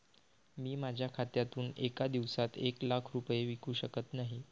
मी माझ्या खात्यातून एका दिवसात एक लाख रुपये विकू शकत नाही